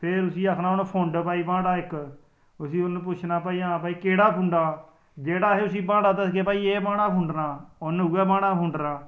फिर उसी आक्खना हून फुंड भाई बांह्टा इक उसी उंहे पुच्छना हां भाई केह्डा फुंडा जेहडा़ उसी अस बांटा दसगे कि एह्कडा़ फुडना उंहे उऐ बांह्टा फुंडना